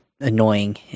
annoying